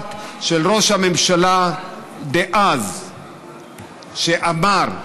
המשפט של ראש הממשלה דאז, שאמר: